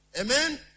Amen